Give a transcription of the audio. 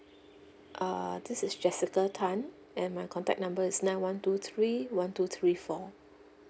err this is jessica tan and my contact number is nine one two three one two three four